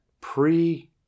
pre